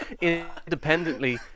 independently